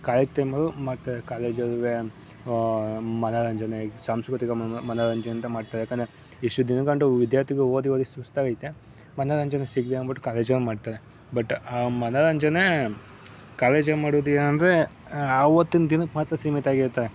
college ಟೈಮಲ್ಲು ಮತ್ತೆ ಕಾಲೇಜಲ್ಲುವೇ ಮನೋರಂಜನೆ ಸಾಂಸ್ಕೃತಿಕ ಮನೋ ಮನೋರಂಜನೆ ಅಂತ ಮಾಡ್ತಾರೆ ಯಾಕೆಂದ್ರೆ ಇಷ್ಟು ದಿನಗಂಡು ವಿದ್ಯಾರ್ಥಿಗಳು ಓದಿ ಓದಿ ಸುಸ್ತಾಗೈತೆ ಮನೋರಂಜನೆ ಸಿಗಲಿ ಅಂದ್ಬಿಟ್ಟು ಕಾಲೇಜಲ್ಲಿ ಮಾಡ್ತಾರೆ ಬಟ್ ಆ ಮನೋರಂಜನೆ ಕಾಲೇಜಲ್ಲಿ ಮಾಡೋ ದಿನ ಅಂದರೆ ಆವತ್ತಿನ ದಿನಕ್ಕೆ ಮಾತ್ರ ಸೀಮಿತ ಆಗಿರುತ್ತದೆ